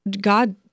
God